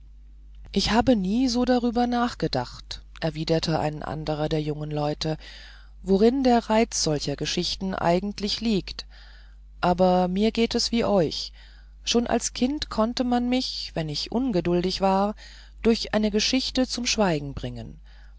ich habe nie so darüber nachgedacht erwiderte ein anderer der jungen leute worin der reiz solcher geschichten eigentlich liegt aber mir geht es wie euch schon als kind konnte man mich wenn ich ungeduldig war durch eine geschichte zum schweigen bringen